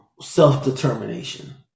self-determination